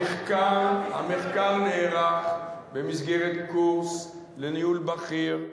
המחקר נערך במסגרת קורס לניהול בכיר,